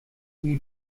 die